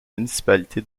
municipalité